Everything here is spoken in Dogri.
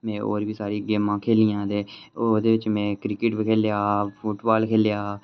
में होर बी सारियां गेमां खेल्लियां ते ओह्दे च में क्रिकेट बी खेढेआ फुटबॉल खेढेआ